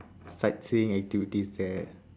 sightseeing activities there